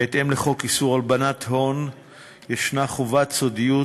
בהתאם לחוק איסור הלבנת הון יש חובת סודיות